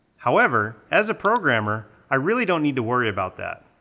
however, as a programmer i really don't need to worry about that.